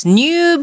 new